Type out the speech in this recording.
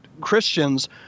Christians